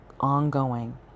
ongoing